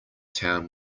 town